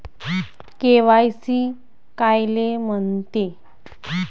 KYC कायले म्हनते?